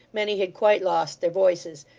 many had quite lost their voices,